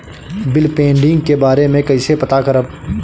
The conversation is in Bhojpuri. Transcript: बिल पेंडींग के बारे में कईसे पता करब?